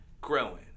growing